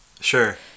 Sure